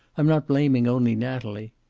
i'm not blaming only natalie.